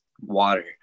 water